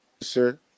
sir